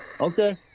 Okay